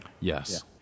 Yes